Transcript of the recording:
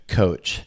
coach